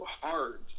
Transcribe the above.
hard